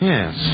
Yes